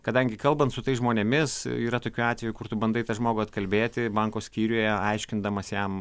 kadangi kalbant su tais žmonėmis yra tokių atvejų kur tu bandai tą žmogų atkalbėti banko skyriuje aiškindamas jam